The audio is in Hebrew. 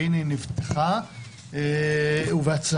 והינה היא נפתחה ובהצלחה,